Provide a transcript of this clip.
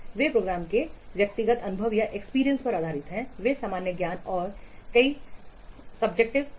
वे programmer के व्यक्तिगत अनुभव पर आधारित हैं वे सामान्य ज्ञान और कई सब्जेक्टिव कारक हैं